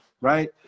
right